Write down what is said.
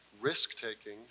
risk-taking